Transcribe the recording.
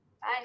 Bye